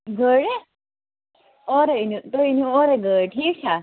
گٲڑۍ ہا اورٔے أنِو تُہۍ أنِو اورٔے گٲڑۍ ٹھیٖک چھا